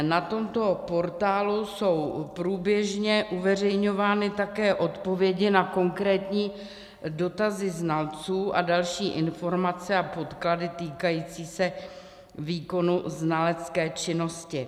Na tomto portálu jsou průběžně uveřejňovány také odpovědi na konkrétní dotazy znalců a další informace a podklady týkající se výkonu znalecké činnosti.